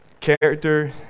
Character